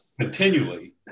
Continually